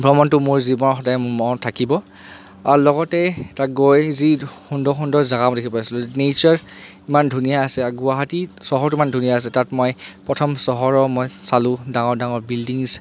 ভ্ৰমণটো মোৰ জীৱনত সদায় মনত থাকিব আৰু লগতে তাত গৈ যি সুন্দৰ সুন্দৰ জেগাবোৰ দেখা পাইছিলোঁ নেচাৰ ইমান ধুনীয়া আছে আৰু গুৱাহাটী চহৰটো ইমান ধুনীয়া আছে তাত মই প্ৰথম চহৰৰ মই চালোঁ ডাঙৰ ডাঙৰ বিল্ডিংছ